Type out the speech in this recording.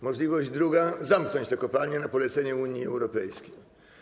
Możliwość druga: zamknąć te kopalnie na polecenie Unii Europejskiej.